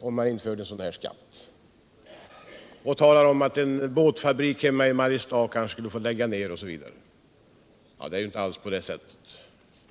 om vi inför en sådan skatt. Han säger att en bätfabrik hemma i Mariestad kanske tvingas lägga ned sin verksamhet osv. Det är ju inte alls på det sättet.